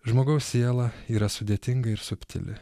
žmogaus siela yra sudėtinga ir subtili